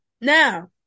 Now